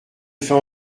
fait